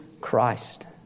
Christ